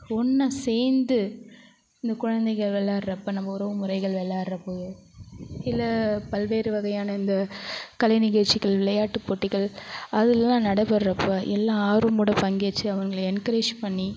ஒன்னாக சேர்ந்து இந்த குழந்தைக விளாட்றப்ப நம்ம உறவுமுறைகள் விளாட்றப்போ இல்லை பல்வேறு வகையான இந்த கலைநிகழ்ச்சிகள் விளையாட்டுப் போட்டிகள் அதில்லாம் நடைபெர்றப்போ எல்லாம் ஆர்வமோட பங்கேற்று அவங்கள என்கரேஜ் பண்ணி